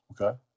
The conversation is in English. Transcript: okay